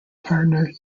partner